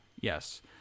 yes